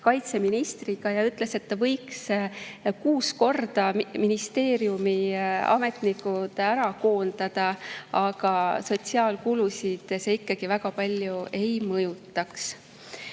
sotsiaalkaitseministriga, kes ütles, et ta võiks kuus korda ministeeriumi ametnikud ära koondada, aga sotsiaalkulusid see ikkagi väga palju ei mõjutaks.